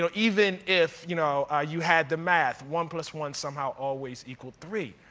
so even if you know ah you had the math. one plus one somehow always equaled three.